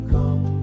Come